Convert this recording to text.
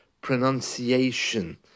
pronunciation